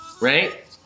right